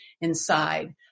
inside